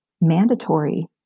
mandatory